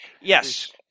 Yes